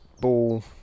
ball